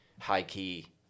high-key